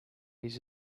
use